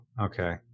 Okay